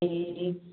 ए